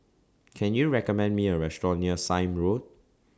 Can YOU recommend Me A Restaurant near Sime Road